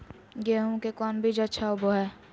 गेंहू के कौन बीज अच्छा होबो हाय?